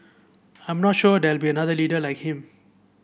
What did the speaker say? I'm not sure there will be another leader like him